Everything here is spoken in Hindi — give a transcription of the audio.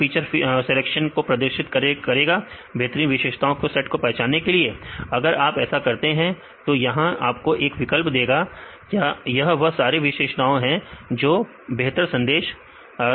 क्या फीचर सिलेक्शन को प्रदर्शित करेगा बेहतरीन विशेषताओं के सेट को पहचानने के लिए अगर आप ऐसा करते हैं तो यहां आपको एक विकल्प देगा यह वह सारे विशेषताएं हैं जो कि बेहतर संदेश सकते हैं